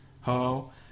ho